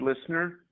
listener